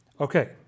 Okay